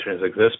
exist